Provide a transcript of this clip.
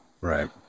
right